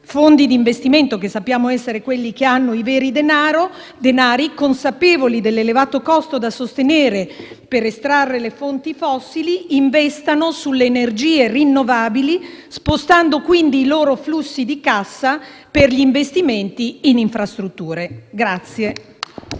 fondi di investimento, che sappiamo essere quelli che hanno i veri denari, consapevoli dell'elevato costo da sostenere per estrarre le fonti fossili, investano sulle energie rinnovabili, spostando quindi i loro flussi di cassa per gli investimenti in infrastrutture.